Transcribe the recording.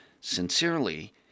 Sincerely